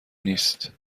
نیست